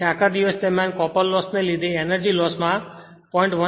તેથી આખા દિવસ દરમિયાન કોપર લોસ ને લીધે એનર્જી લોસ માં 0